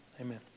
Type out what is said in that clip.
Amen